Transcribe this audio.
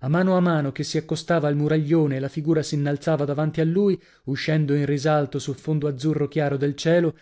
a mano a mano che si accostava al muraglione e la figura s'innalzava davanti a lui uscendo in risalto sul fondo azzurro chiaro del cielo